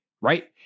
Right